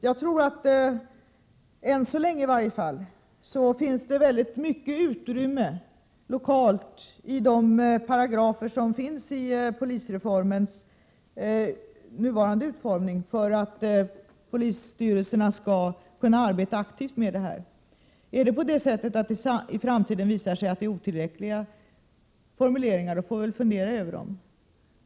Jag tror att det i varje fall än så länge finns mycket utrymme lokalt, enligt polisreformens nuvarande utformning, för att polisstyrelserna skall kunna arbeta aktivt. Om det i framtiden visar sig att paragrafernas formuleringar är otillräckliga, får vi väl fundera över dem.